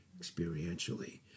Experientially